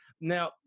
now